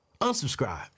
unsubscribe